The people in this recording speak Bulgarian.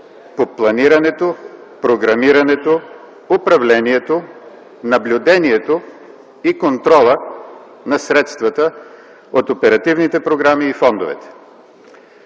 по планирането, програмирането, управлението, наблюдението и контрола на средствата от оперативните програми и фондовете”.